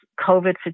COVID